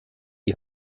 die